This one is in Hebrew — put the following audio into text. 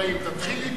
תתחיל להתכונן,